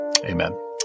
Amen